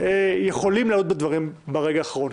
יכולים לעלות בה דברים ברגע האחרון,